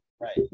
Right